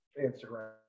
Instagram